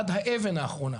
עד האבן האחרונה?